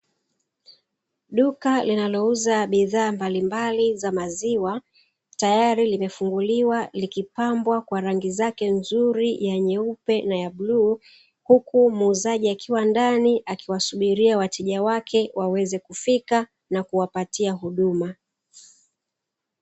Duka linalouza bidhaa mbalimbali za maziwa tayari limefunguliwa, likipambwa kwa rangi zake nzuri ya nyeupe na ya bluu, huku muuzaji akiwa ndani, akiwasubiria wateja wake waweze kufika na kuwapatia huduma.